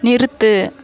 நிறுத்து